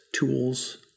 tools